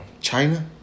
China